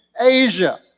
Asia